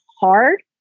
hard